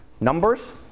numbers